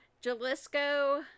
Jalisco